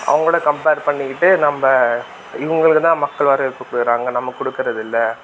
அவங்களோட கம்ப்பேர் பண்ணிக்கிட்டு நம்ப இவங்களுக்கு தான் மக்கள் வரவேற்பு கொடுக்குறாங்க நமக்கு கொடுக்கறது இல்லை